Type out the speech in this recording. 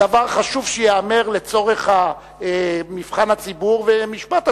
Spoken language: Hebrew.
הדבר חשוב שייאמר לצורך מבחן הציבור ומשפט הציבור.